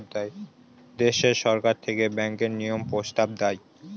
দেশে সরকার থেকে ব্যাঙ্কের নিয়ম প্রস্তাব দেয়